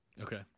okay